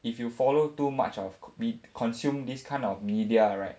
if you follow too much of we consume this kind of media right